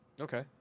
okay